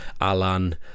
Alan